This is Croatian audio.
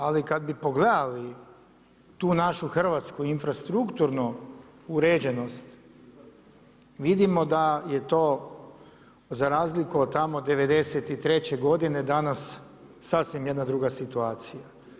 Ali kad bi pogledali tu našu hrvatsku infrastrukturnu uređenost vidimo da je to za razliku od tamo '93. godine danas sasvim jedna druga situacija.